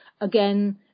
again